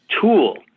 tool